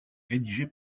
rédigée